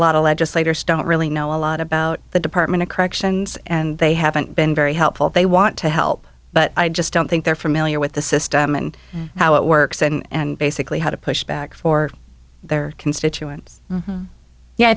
of legislators don't really know a lot about the department of corrections and they haven't been very helpful they want to help but i just don't think they're familiar with the system and how it works and basically how to push back or their constituents yeah i